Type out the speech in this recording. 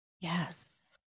Yes